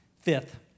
Fifth